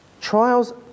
Trials